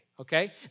okay